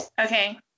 Okay